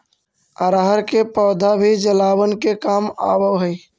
अरहर के पौधा भी जलावन के काम आवऽ हइ